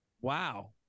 Wow